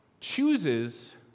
chooses